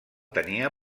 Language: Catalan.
tenia